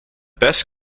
best